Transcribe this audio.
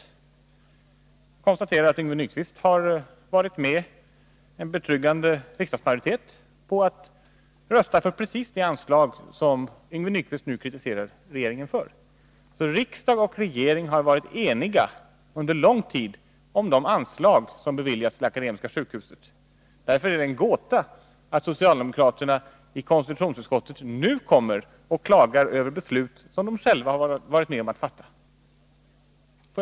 Jag kan där konstatera att Yngve Nyquist och en betryggande riksdagsmajoritet röstade för precis det anslag som Yngve Nyquist nu kritiserar regeringen för. Riksdag och regering har under lång tid varit eniga om de anslag som beviljats till Akademiska sjukhuset. Därför är det en gåta att socialdemokraterna i konstitutionsutskottet nu kommer och klagar över beslut som de själva har varit med om att fatta.